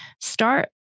start